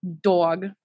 Dog